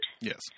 Yes